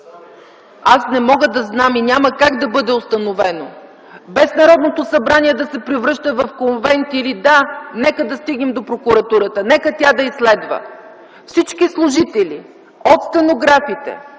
Аз не мога да знам и няма как да бъде установено, без Народното събрание да се превръща в конвент или да, нека да стигнем и до прокуратурата, нека тя да изследва. Всички служители от стенографите